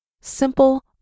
simple